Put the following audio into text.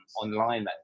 online